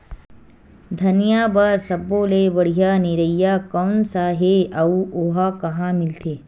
धनिया बर सब्बो ले बढ़िया निरैया कोन सा हे आऊ ओहा कहां मिलथे?